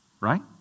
right